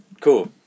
cool